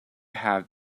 have